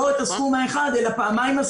לא את הסכום האחד אלא פעמיים הסכום.